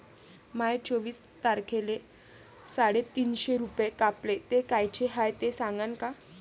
माये चोवीस तारखेले साडेतीनशे रूपे कापले, ते कायचे हाय ते सांगान का?